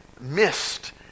missed